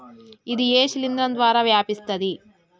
ఇది ఏ శిలింద్రం ద్వారా వ్యాపిస్తది?